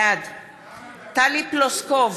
בעד טלי פלוסקוב,